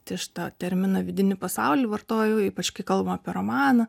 tai aš tą terminą vidinį pasaulį vartojau ypač kai apie romaną